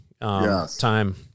time